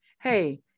hey